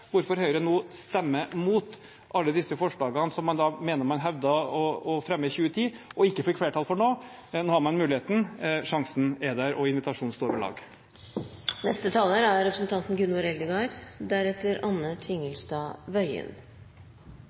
hvorfor Høyre nå stemmer imot alle disse forslagene som man hevder å ha fremmet i 2010 og ikke fikk flertall for, men nå har man muligheten, sjansen er der, og invitasjonen står ved lag.